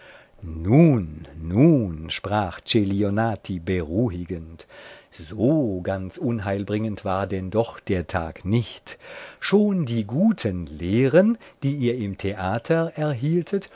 nun nun sprach celionati beruhigend so ganz unheilbringend war denn doch der tag nicht schon die guten lehren die ihr im theater